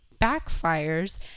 backfires